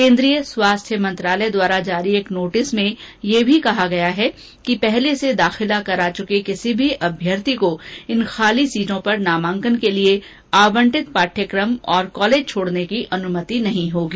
केन्द्रीय स्वास्थ्य मंत्रालय द्वारा जारी एक नोटिस में यह भी कहा गया है कि पहले से दाखिला करा चुके किसी भी अभ्यर्थी को इन खाली सीटों पर नामांकन के लिए आवंटित पाठ्यक्रम और कॉलेज छोड़ने की अनुमति नहीं होगी